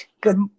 Good